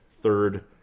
third